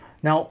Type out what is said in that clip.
now